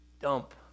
dump